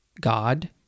God